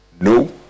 no